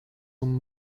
una